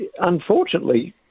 unfortunately